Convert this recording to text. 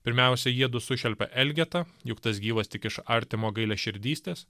pirmiausia jiedu sušelpia elgetą juk tas gyvas tik iš artimo gailiaširdystės